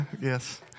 Yes